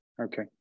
Okay